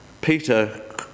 Peter